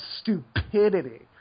stupidity